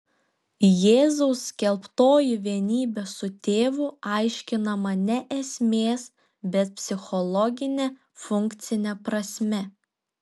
jėzaus skelbtoji vienybė su tėvu aiškinama ne esmės bet psichologine funkcine prasme